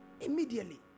Immediately